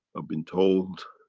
i've been told